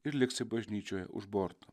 ir liksi bažnyčioje už borto